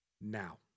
now